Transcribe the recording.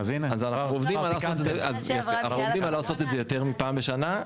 אנחנו עובדים על לעשות את זה יותר מפעם בשנה.